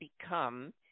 become